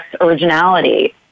originality